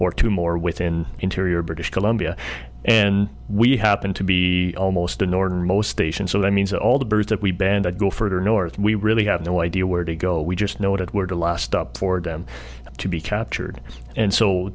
or two more within interior british columbia and we happen to be almost ignored most stations so that means that all the birds that we band of go further north we really have no idea where to go we just know if it were the last stop for dam to be captured and so